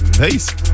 Peace